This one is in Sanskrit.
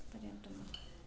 पर्याप्तं वा